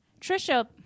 Trisha